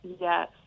Yes